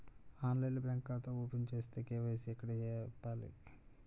ఆన్లైన్లో బ్యాంకు ఖాతా ఓపెన్ చేస్తే, కే.వై.సి ఎక్కడ చెప్పాలి?